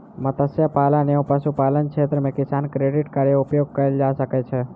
मत्स्य पालन एवं पशुपालन क्षेत्र मे किसान क्रेडिट कार्ड उपयोग कयल जा सकै छै